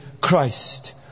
Christ